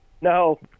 No